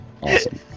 Awesome